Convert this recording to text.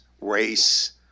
race